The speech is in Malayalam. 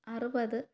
അറുപത്